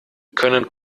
können